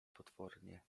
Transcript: potwornie